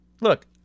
Look